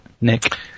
Nick